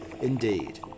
Indeed